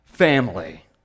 family